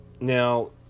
Now